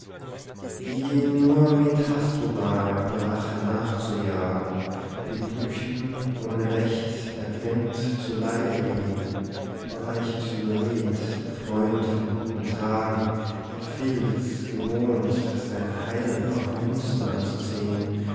die nur mit hasdrubal der rache nachzujagen beglückten ohne recht ergrimmt zu leibe gehen der weiche sybarit der freund von guten tagen der filz gewohnt sein heil auf münzen anzusehn